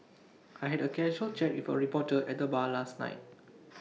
I had A casual chat with A reporter at the bar last night